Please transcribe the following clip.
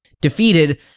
Defeated